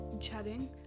chatting